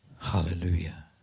Hallelujah